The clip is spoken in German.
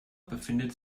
befindet